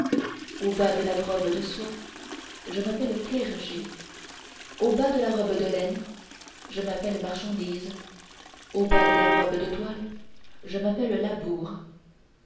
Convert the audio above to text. au bas de la robe de soie je m'appelle clergé au bas de la robe de laine je m'appelle marchandise au bas de la robe de toile je m'appelle labour